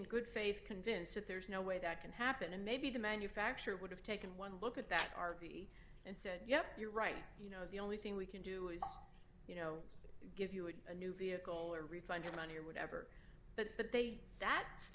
in good faith convinced that there's no way that can happen and maybe the manufacturer would have taken one look at that r v and said yep you're right you know the only thing we can do is you know give you a new vehicle or refund your money or whatever but they that's